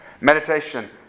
Meditation